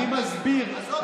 אני מסביר,